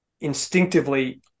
instinctively